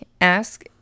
ask